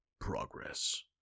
Progress